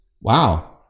wow